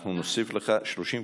אנחנו נוסיף לך 30 שניות.